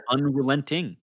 unrelenting